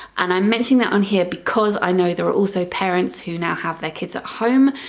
and i'm mentioning that on here because i know there are also parents who now have their kids at home,